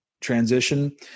transition